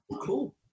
Cool